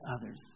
others